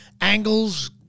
angles